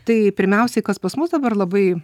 tai pirmiausiai kas pas mus dabar labai